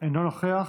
אינו נוכח.